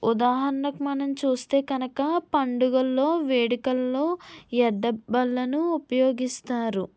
ఉదాహరణకు మనం చూస్తే కనక పండుగల్లో వేడుకల్లో ఎడ్ల బళ్ళను ఉపయోగిస్తారు